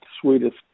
sweetest